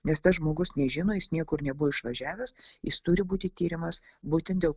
nes tas žmogus nežino jis niekur nebuvo išvažiavęs jis turi būti tiriamas būtent dėl